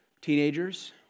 teenagers